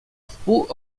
wpół